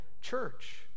church